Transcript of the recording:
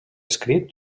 escrit